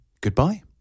Goodbye